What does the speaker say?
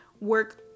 work